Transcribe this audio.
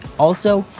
also,